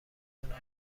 کنم